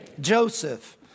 Joseph